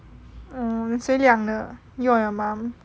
um 谁养的 you or your mum